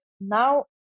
Now